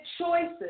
choices